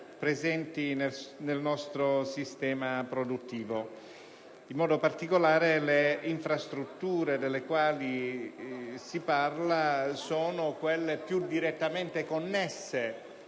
presenti nel nostro sistema produttivo; in modo particolare, le infrastrutture delle quali si parla sono quelle più direttamente connesse